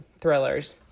thrillers